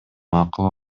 макул